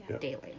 daily